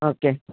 okay